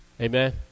Amen